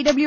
W